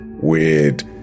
weird